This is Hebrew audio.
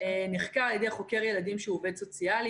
נחקר על ידי חוקר ילדים שהוא עובד סוציאלי.